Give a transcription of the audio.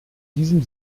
diesem